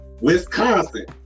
Wisconsin